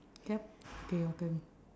yup okay your turn